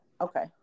Okay